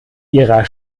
ihrer